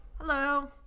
hello